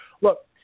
Look